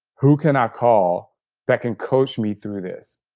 who can i call that can coach me through this?